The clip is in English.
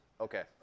Okay